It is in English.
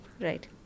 Right